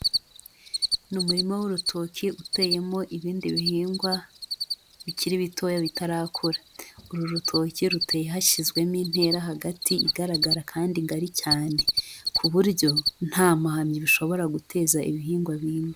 Ni umurima w'urutoki uteyemo ibindi bihingwa bikiri bitoya bitarakura, uru rutoki rutewe hashyizwemo intera hagati igaragara kandi ngari cyane ku buryo nta mahamyi bishobora guteza ibihingwa bindi.